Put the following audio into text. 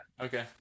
Okay